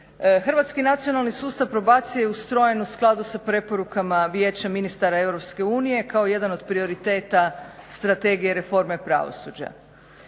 Hrvatski nacionalni sustav probacije je ustrojen u skladu sa preporukama Vijeća ministara EU kao jedan od prioriteta Strategije reforme pravosuđa.